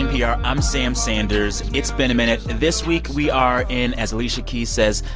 npr, i'm sam sanders it's been a minute. this week, we are in, as alicia keys says,